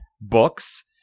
books